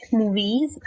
movies